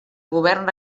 govern